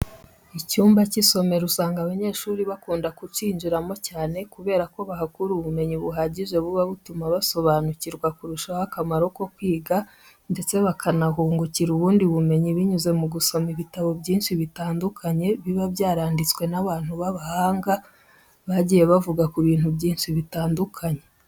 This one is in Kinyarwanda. Icyumba cy'isomero usanga abanyeshuri bakunda kukijyamo cyane kubera ko bahakura ubumenyi buhagije buba butuma basobanukirwa kurushaho akamaro ko kwiga ndetse bakanahungukira ubundi bumenyi binyuze mu gusoma ibitabo byinshi bitandukanye biba byaranditswe n'abantu b'abahanga bagiye bavuga ku bintu byinshi bitandukanye.